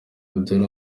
abdul